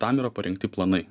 tam yra parengti planai